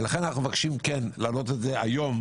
לכן אנו מבקשים להעלות את זה היום.